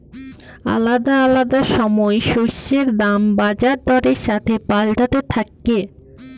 আলাদা আলাদা সময় শস্যের দাম বাজার দরের সাথে পাল্টাতে থাক্যে